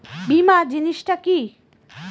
বীমা জিনিস টা কি?